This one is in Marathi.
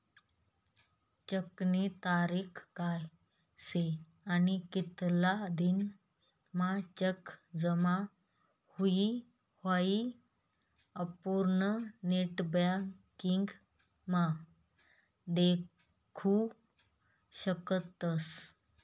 चेकनी तारीख काय शे आणि कितला दिन म्हां चेक जमा हुई हाई आपुन नेटबँकिंग म्हा देखु शकतस